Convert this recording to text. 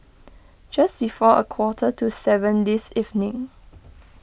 just before a quarter to seven this evening